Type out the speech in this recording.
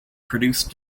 produced